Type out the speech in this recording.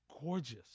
gorgeous